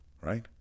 right